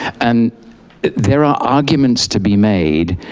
and there are arguments to be made,